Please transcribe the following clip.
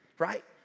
Right